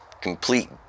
complete